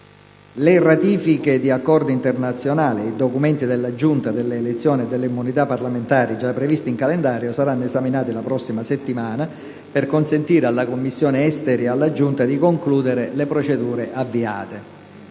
Le ratifiche di accordi internazionali e documenti della Giunta delle elezioni e delle immunità parlamentari già previsti in calendario saranno esaminati la prossima settimana, per consentire alla Commissione esteri e alla Giunta di concludere le procedure avviate.